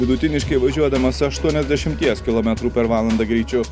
vidutiniškai važiuodamas aštuoniasdešimties kilometrų per valandą greičiu